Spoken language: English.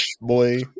Boy